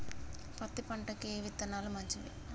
పత్తి పంటకి ఏ విత్తనాలు మంచివి?